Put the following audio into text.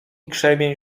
krzemień